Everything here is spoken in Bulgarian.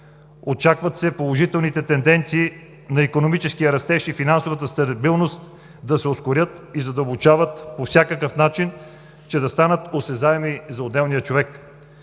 Очаква се положителните тенденции на икономическия растеж и финансовата стабилност да се ускорят и задълбочават по всякакъв начин, че да станат осезаеми за отделния човек.